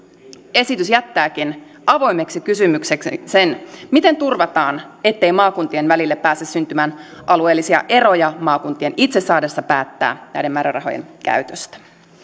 esitys jättääkin avoimeksi kysymykseksi sen miten turvataan ettei maakuntien välille pääse syntymään alueellisia eroja maakuntien itse saadessa päättää näiden määrärahojen käytöstä